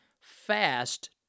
fast